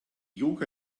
yoga